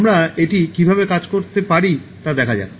আমরা এটি কীভাবে কাজ করতে পারি তা দেখা যাক